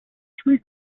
three